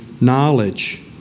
knowledge